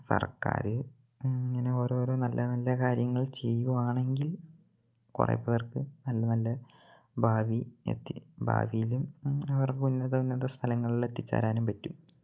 സർക്കാർ ഇങ്ങനെ ഓരോരോ നല്ല നല്ല കാര്യങ്ങൾ ചെയ്യുവാണെങ്കിൽ കുറെ പേർക്ക് നല്ല നല്ല ഭാവി എത്തി ഭാവീലും അവർക്ക് ഉന്നത ഉന്നത സ്ഥലങ്ങളിൽ എത്തിച്ചേരാനും പറ്റും